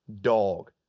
Dog